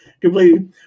completely